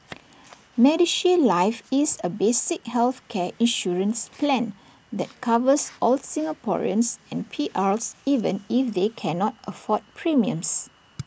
medishield life is A basic healthcare insurance plan that covers all Singaporeans and P Rs even if they cannot afford premiums